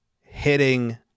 hitting